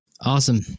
Awesome